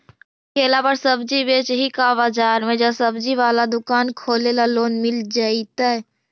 अभी ठेला पर सब्जी बेच ही का बाजार में ज्सबजी बाला दुकान खोले ल लोन मिल जईतै?